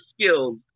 skills